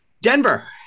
Denver